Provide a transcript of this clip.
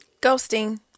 Ghosting